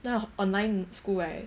now online school right